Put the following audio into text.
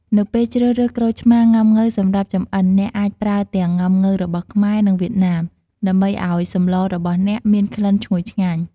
នៅពេលជ្រើសរើសក្រូចឆ្មាងុាំង៉ូវសម្រាប់ចម្អិន អ្នកអាចប្រើទាំង ងុាំង៉ូវរបស់ខ្មែរ និងវៀតណាម ដើម្បីឱ្យសម្លរបស់អ្នកមានក្លិនឈ្ងុយឆ្ងាញ់។